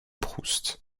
proust